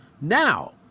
Now